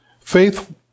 Faith